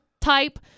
type